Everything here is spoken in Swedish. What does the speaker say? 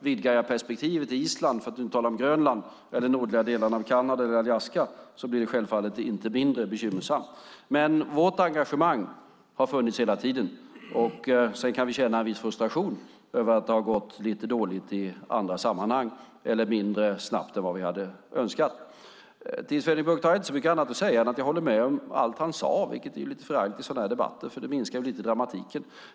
Vidgar jag perspektivet till Island, för att inte tala om Grönland, de nordliga delarna av Kanada och Alaska, blir det självfallet inte mindre bekymmersamt. Men vårt engagemang har funnits hela tiden. Sedan kan vi känna en viss frustration över att det har gått lite dåligt i andra sammanhang eller mindre snabbt än vad vi hade önskat. Till Sven-Erik Bucht har jag inte så mycket annat att säga än att jag håller med om allt han sade, vilket är lite förargligt i sådana här debatter, för det minskar dramatiken lite.